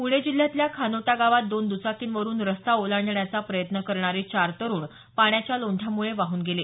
प्णे जिल्ह्यातल्या खानोटा गावात दोन द्चाकींवरून रस्ता ओलांडण्याचा प्रयत्न करणारे चार तरुण पाण्याच्या लोंढ्यामुळे वाहून गेले